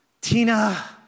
Tina